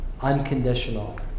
unconditional